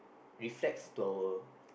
reflects to our